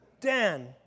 Dan